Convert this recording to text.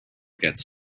gets